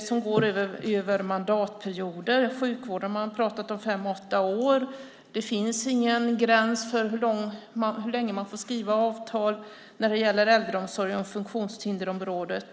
som går över mandatperioder. I sjukvården har man pratat om fem-åtta år. Det finns ingen gräns för hur lång tid man får skriva avtal för när det gäller äldreomsorgen och funktionshinderområdet.